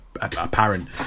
apparent